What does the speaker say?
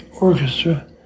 orchestra